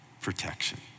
protection